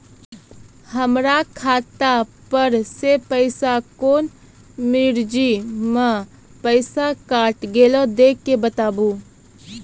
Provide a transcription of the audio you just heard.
हमर खाता पर से पैसा कौन मिर्ची मे पैसा कैट गेलौ देख के बताबू?